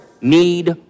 need